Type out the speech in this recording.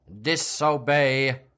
disobey